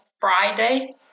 Friday